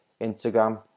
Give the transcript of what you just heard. Instagram